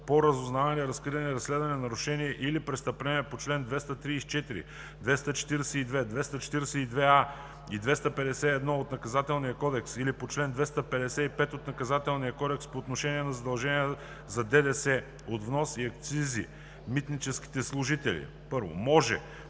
по разузнаване, разкриване и разследване на нарушения или престъпления по чл. 234, 242, 242а и 251 от Наказателния кодекс и по чл. 255 от Наказателния кодекс по отношение на задължения за ДДС от внос и акцизи, митническите служители: 1. може